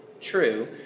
true